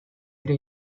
ere